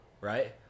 right